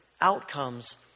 outcomes